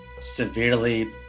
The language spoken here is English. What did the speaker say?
severely